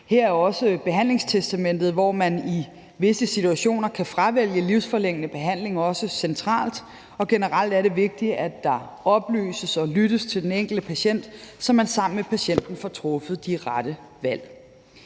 Her er behandlingstestamentet, hvor man i visse situationer kan fravælge livsforlængende behandling, også centralt, og generelt er det vigtigt, at der oplyses og lyttes til den enkelte patient, så man sammen med patienten får truffet de rette valg.